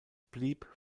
blieb